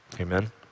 amen